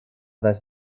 des